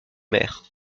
mer